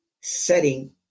setting